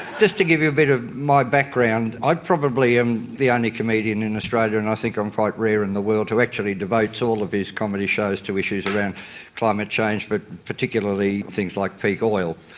to give you a bit of my background, i probably am the only comedian in australia and i think i'm quite rare in the world who actually devotes all of his comedy shows to issues around climate change, but particularly things like peak oil.